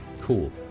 cool